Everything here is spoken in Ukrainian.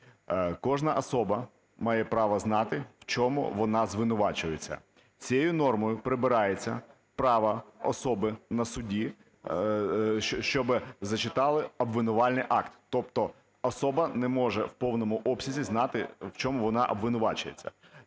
Кожна особа має право знати, в чому вона звинувачується. Цією нормою прибирається право особи на суді, щоб зачитали обвинувальний акт. Тобто особа не може в повному обсязі знати, в чому вона обвинувачується.